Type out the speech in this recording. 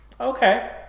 Okay